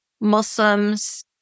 Muslims